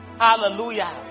Hallelujah